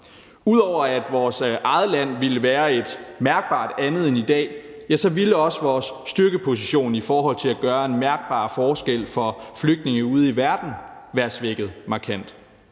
Ud over at vores eget land ville være et mærkbart andet end i dag, ville også vores styrkeposition i forhold til at gøre en mærkbar forskel for flygtninge ude i verden være svækket markant.